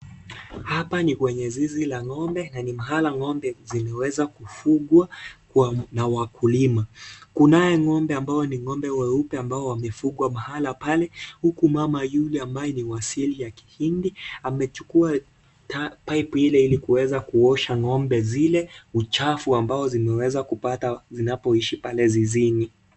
Hapa ni kwenye zizi la ngombe na ni mahala ngombe zimeweza kufugwa na wakulima kunaye ngombe ambao ningombe weupe ambao wamefugwa mahala pale huku mamayule ambaye ni wa asili ya kihindi amechukua paipu ili kuweza kuosha ngombe zile uchafu ambayo zimeweza kupata zinapoishi pale zizini.